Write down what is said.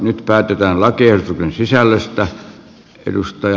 nyt päätetään lakiehdotusten sisällöstä